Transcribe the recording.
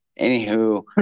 Anywho